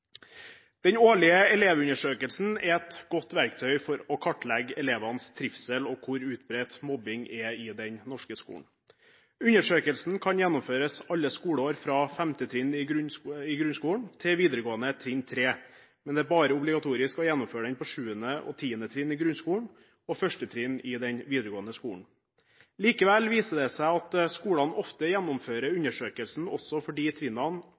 Den årlige Elevundersøkelsen er et godt verktøy for å kartlegge elevenes trivsel og hvor utbredt mobbing er i den norske skolen. Undersøkelsen kan gjennomføres alle skoleår fra 5. trinn i grunnskolen til 3. trinn i videregående skole, men det er bare obligatorisk å gjennomføre den på 7. og 10. trinn i grunnskolen og på 1. trinn i den videregående skolen. Likevel viser det seg at skolene ofte gjennomfører undersøkelsen også på de trinnene